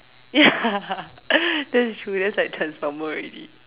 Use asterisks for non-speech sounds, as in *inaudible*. ya *laughs* that is true that is like transformer already